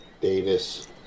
Davis